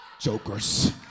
jokers